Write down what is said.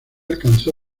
alcanzó